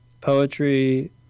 poetry